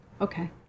Okay